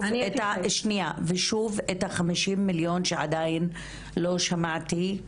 ושוב את ה-50 מיליון שעדיין לא שמעתי.